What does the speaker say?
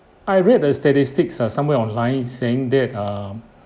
I read a statistics ah somewhere online saying that err